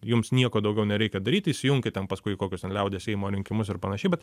jums nieko daugiau nereikia daryt įsijunkit ten paskui į kokius liaudies seimo rinkimus ir panašiai bet